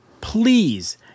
please